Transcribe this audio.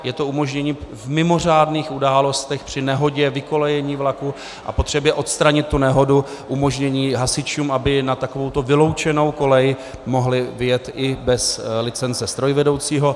Je to umožnění v mimořádných událostech při nehodě, vykolejení vlaku a potřebě odstranit nehodu hasičům, aby na takovouto vyloučenou kolej mohli vyjet i bez licence strojvedoucího.